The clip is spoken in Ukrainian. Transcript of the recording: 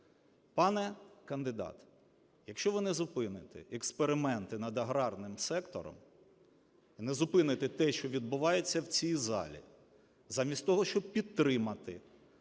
Пане кандидат, якщо ви не зупините експерименти над аграрним сектором, не зупините те, що відбувається в цій залі, замість того, щоб підтримати